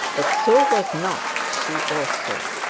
but so was not she also.